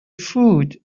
food